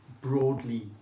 broadly